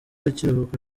ikiruhuko